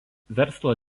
verslo